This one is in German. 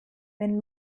wenn